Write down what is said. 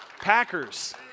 Packers